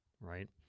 Right